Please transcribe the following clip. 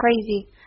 crazy